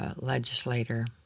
legislator